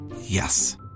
Yes